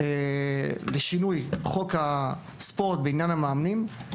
לשינוי חוק הספורט בעניין המאמנים.